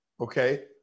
Okay